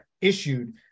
issued